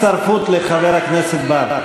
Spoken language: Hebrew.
אתה כבר על סף הצטרפות לחבר הכנסת בר.